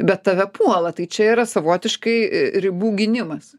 bet tave puola tai čia yra savotiškai ribų gynimas